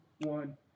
one